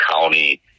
County